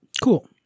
cool